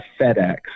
FedEx